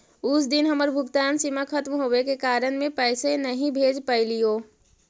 उस दिन हमर भुगतान सीमा खत्म होवे के कारण में पैसे नहीं भेज पैलीओ